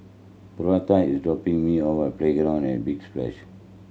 Portia is dropping me off Playground at Big Splash